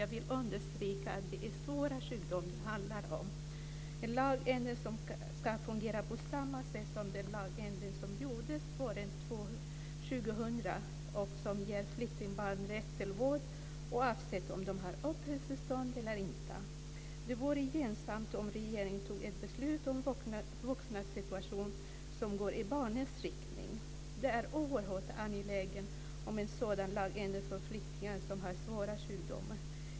Jag vill understryka att det är svåra sjukdomar det handlar om. Denna lagändring ska fungera på samma sätt som den lagändring som gjordes våren 2000 som ger flyktingbarn rätt till vård oavsett om de har uppehållstillstånd eller inte. Det vore gynnsamt om regeringen fattade ett beslut om vuxnas situation som går i samma riktning som när det gäller barnen. Det är oerhört angeläget med en sådan lagändring för flyktingar som har svåra sjukdomar.